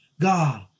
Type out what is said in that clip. God